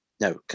no